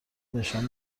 نشان